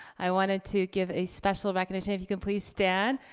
i wanted to give a special recognition, if you could please stand?